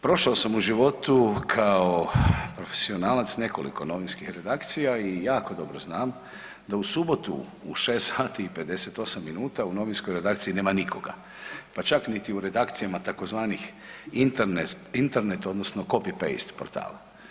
Prošao sam u životu kao profesionalac nekoliko novinskih redakcija i jako dobro znam da u subotu u 6 sati i 58 minuta u novinskoj redakciji nema nikoga, pa čak niti u redakcijama tzv. internet odnosno copy paste portala.